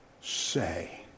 say